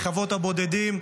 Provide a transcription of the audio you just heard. לחוות הבודדים,